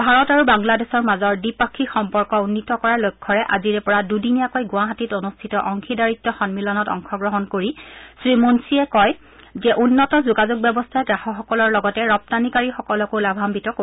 ভাৰত আৰু বাংলাদেশৰ মাজত দ্বিপাক্ষিক সম্পৰ্ক উন্নীত কৰাৰ লক্ষ্যৰে আজিৰে পৰা দুদিনীয়াকৈ গুৱাহাটীত অনুষ্ঠিত অংশীদাৰিত্ব সম্মিলনত অংশগ্ৰহণ কৰি শ্ৰীমুঞ্চিয়ে কয় যে উন্নত যোগাযোগ ব্যৱস্থাই গ্ৰাহকসকলৰ লগতে ৰপ্তানিকাৰীসকলকো লাভায়িত কৰিব